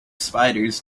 spiders